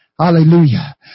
Hallelujah